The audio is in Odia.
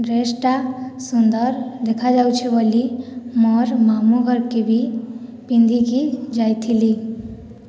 ଡ୍ରେସ୍ଟା ସୁନ୍ଦର୍ ଦେଖାଯାଉଛେ ବୋଲି ମୋର୍ ମାମୁଁ ଘର୍କେ ବି ପିନ୍ଧିକି ଯାଇଥିଲି